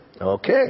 Okay